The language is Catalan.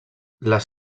les